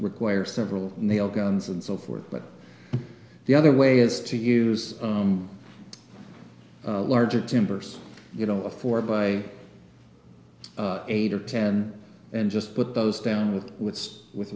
require several nail guns and so forth but the other way is to use larger timbers you know a four by eight or ten and just put those down with what's with